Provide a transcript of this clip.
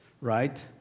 right